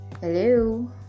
Hello